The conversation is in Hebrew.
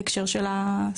בהקשר של הסעיף.